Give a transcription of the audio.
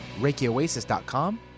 ReikiOasis.com